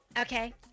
Okay